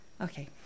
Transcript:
Okay